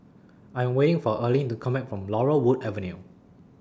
I Am waiting For Erline to Come Back from Laurel Wood Avenue